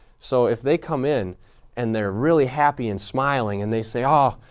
so, if they come in and they're really happy and smiling and they say, oh,